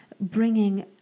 bringing